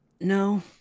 No